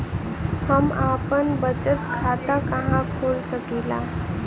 हम आपन बचत खाता कहा खोल सकीला?